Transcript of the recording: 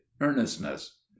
earnestness